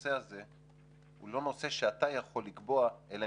שהנושא הזה הוא לא נושא שאתה יכול לקבוע אלא